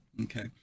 Okay